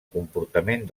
comportament